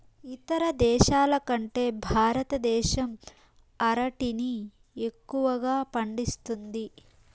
ఇతర దేశాల కంటే భారతదేశం అరటిని ఎక్కువగా పండిస్తుంది